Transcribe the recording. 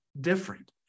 different